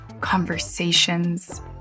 conversations